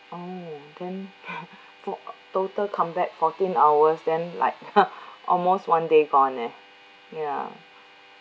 oh then to~ total come back fourteen hours then like almost almost one day gone eh ya